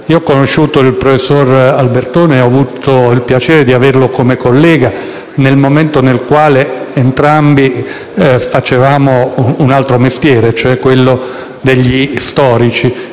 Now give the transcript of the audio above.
Ho conosciuto il professor Albertoni e ho avuto il piacere di averlo come collega nel momento nel quale entrambi facevamo un altro mestiere, cioè quello degli storici.